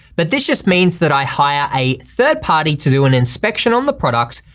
but this just means that i hire a third party to do an inspection on the products,